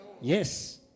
Yes